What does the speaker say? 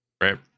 right